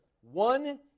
One